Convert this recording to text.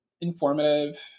informative